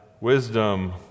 wisdom